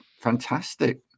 Fantastic